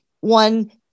one